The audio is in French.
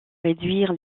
réduire